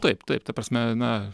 taip taip ta prasme na